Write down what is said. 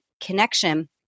connection